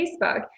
Facebook